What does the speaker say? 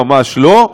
ממש לא,